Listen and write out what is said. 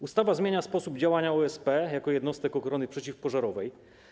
Ustawa zmienia sposób działania OSP jako jednostek ochrony przeciwpożarowej.